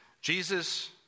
Jesus